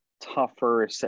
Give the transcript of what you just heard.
Tougher